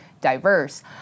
diverse